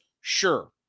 Sure